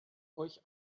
euch